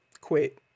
quit